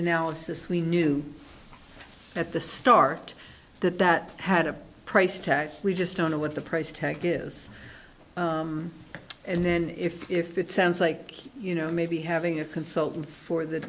analysis we knew at the start that that had a price tag we just don't know what the price tag is and then if if it sounds like you know maybe having a consultant for the